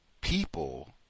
people